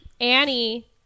Annie